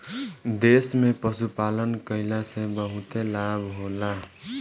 देश में पशुपालन कईला से बहुते लाभ होला